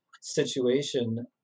situation